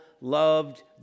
loved